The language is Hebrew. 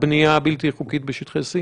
הבנייה הבלתי חוקית בשטחי C?